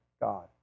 God